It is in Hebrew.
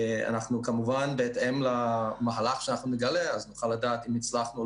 אנחנו כמובן בהתאם למחלה שאנחנו נגלה אז נוכל דעת אם הצלחנו או